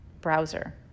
Browser